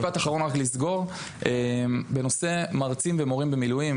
משפט אחרון לסגירה בנושא מרצים ומורים במילואים.